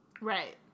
right